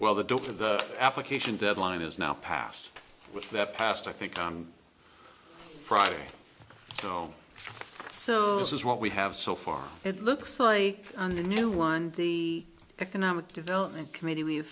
to the application deadline is now passed with that passed i think on friday so so this is what we have so far it looks like on the new one the economic development committee w